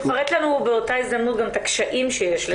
תפרט לנו באותה הזדמנות גם את הקשיים שיש לך.